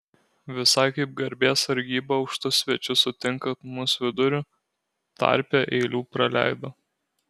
visai kaip garbės sargyba aukštus svečius sutinkant mus viduriu tarpe eilių praleido